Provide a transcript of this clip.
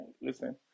listen